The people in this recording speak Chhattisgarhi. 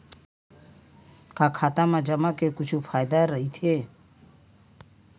का खाता मा जमा के कुछु फ़ायदा राइथे?